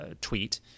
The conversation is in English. tweet